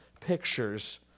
pictures